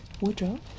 Woodrow